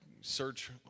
search